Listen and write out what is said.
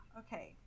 okay